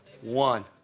One